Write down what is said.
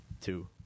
Two